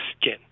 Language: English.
skin